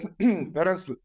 parents